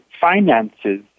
finances